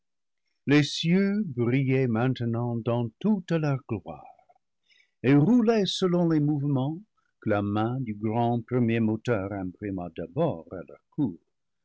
cieux brillaient maintenant dans toute leur gloire et roulaient selon les mouvements que la main du grand pre mier moteur imprima d'abord à leur